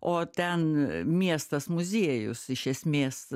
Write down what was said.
o ten miestas muziejus iš esmės